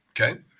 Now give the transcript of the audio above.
Okay